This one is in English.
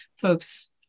folks